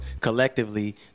collectively